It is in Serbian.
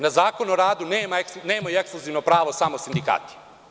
Na Zakon o radu nemaju ekskluzivno pravo samo sindikati.